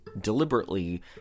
deliberately